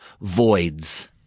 voids